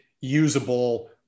usable